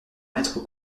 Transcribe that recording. maître